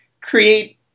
create